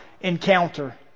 encounter